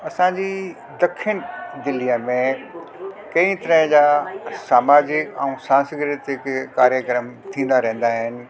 असांजी ॾखिण दिल्लीअ में कई तरह जा सामाजिक ऐं सांस्कृतिक कार्यक्रम थींदा रहंदा आहिनि